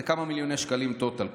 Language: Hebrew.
זה כמה מיליוני שקלים טוטאל,